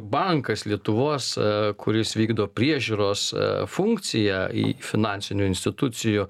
bankas lietuvos kuris vykdo priežiūros funkciją į finansinių institucijų